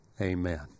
Amen